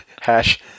hash